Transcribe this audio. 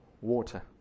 Water